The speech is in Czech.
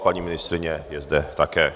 A paní ministryně je zde také.